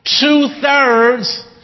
two-thirds